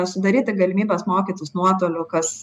sudaryti galimybes mokytis nuotoliu kas